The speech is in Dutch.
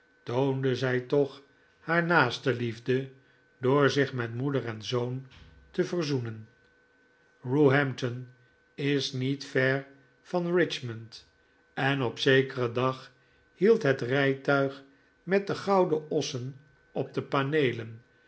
toonde zij toch haar naastenliefde door zich met moeder en zoon te verzoenen roehampton is niet ver van richmond en op zekeren dag hield het rijtuig met de gouden ossen op de paneelen